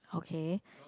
okay